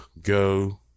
Go